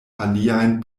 aliajn